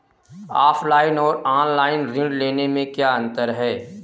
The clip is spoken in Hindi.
ऑफलाइन और ऑनलाइन ऋण लेने में क्या अंतर है?